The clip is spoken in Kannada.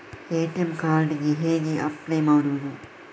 ಎ.ಟಿ.ಎಂ ಕಾರ್ಡ್ ಗೆ ಹೇಗೆ ಅಪ್ಲೈ ಮಾಡುವುದು?